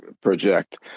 project